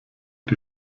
die